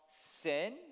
sin